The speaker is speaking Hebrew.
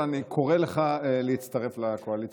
אבל אני קורא לך להצטרף לקואליציה המתגבשת.